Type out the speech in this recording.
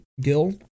gil